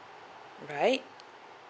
right